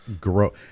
gross